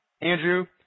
Andrew